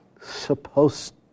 supposed